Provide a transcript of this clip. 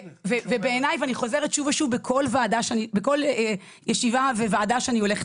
אני חוזרת שוב ושוב בכל ישיבה וועדה שאני הולכת